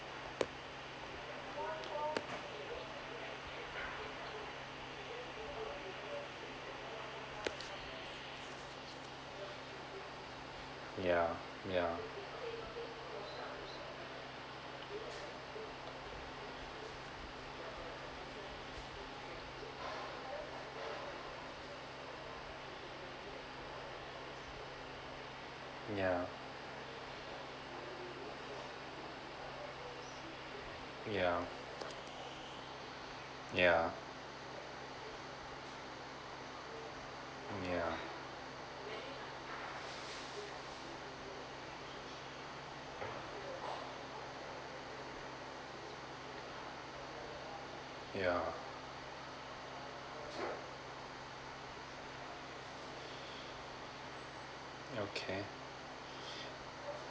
yeah yeah yeah yeah yeah yeah yeah okay